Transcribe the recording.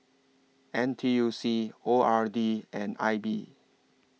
N T U C O R D and I B